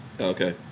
Okay